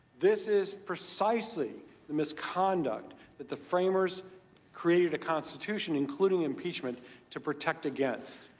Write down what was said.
this is precisely the misconduct that the framers created a constitution, including impeachment to protect against.